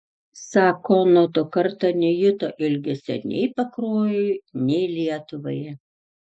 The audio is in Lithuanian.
sako nuo to karto nejuto ilgesio nei pakruojui nei lietuvai